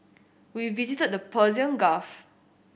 we visited the Persian Gulf